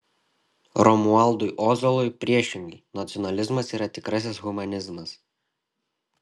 romualdui ozolui priešingai nacionalizmas yra tikrasis humanizmas